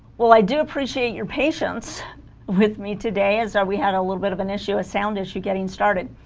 well i do appreciate your patience with me today as our we had a little bit of an issue a sound as you're getting started